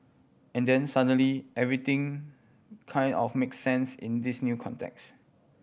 and then suddenly everything kind of make sense in this new context